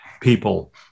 people